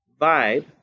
Vibe